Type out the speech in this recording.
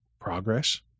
progress